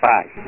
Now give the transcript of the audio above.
Bye